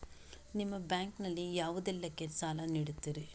ನಿಮ್ಮ ಬ್ಯಾಂಕ್ ನಲ್ಲಿ ಯಾವುದೇಲ್ಲಕ್ಕೆ ಸಾಲ ನೀಡುತ್ತಿರಿ?